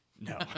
No